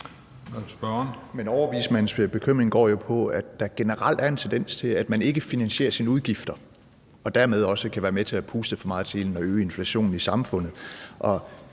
Men overvismandens bekymring går jo på, at der generelt er en tendens til, at man ikke finansierer sine udgifter og dermed også kan være med til at puste for meget til ilden og øge inflationen i samfundet.